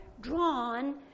drawn